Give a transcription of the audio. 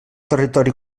territori